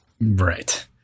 Right